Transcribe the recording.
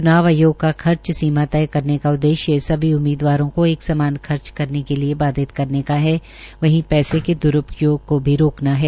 च्नाव आयोग का खर्च सीमा तय करने का उद्देश्य सभी उम्मीदवारों को एक समान खर्च करने के लिए बाधित करने है वहीं पैसे के द्रुपयोग को भी रोकना है